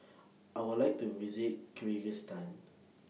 I Would like to visit Kyrgyzstan